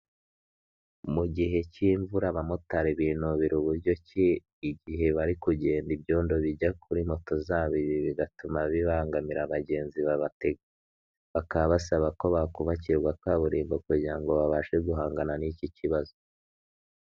Mu gihe cy'imvura abamotari binubira uburyo ki igihe bari kugenda ibyondo bijya kuri moto zabo, ibi bigatuma bibangamira abagenzi babatega, bakaba basaba ko bakubakirwa kaburimbo, kugira ngo babashe guhangana n'iki kibazo.